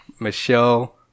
Michelle